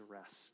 rest